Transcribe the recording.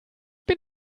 bin